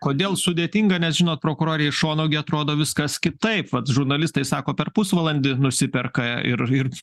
kodėl sudėtinga nes žinot prokurore iš šono gi atrodo viskas kitaip vat žurnalistai sako per pusvalandį nusiperka ir ir